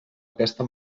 aquesta